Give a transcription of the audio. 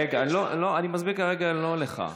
לא, אני מסביר כרגע לא לך.